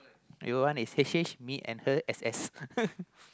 your one is H H me and her S S